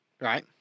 Right